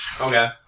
Okay